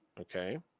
Okay